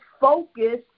focus